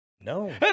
No